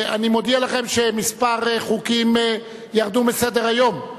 אני מודיע לכם שכמה חוקים ירדו מסדר-היום.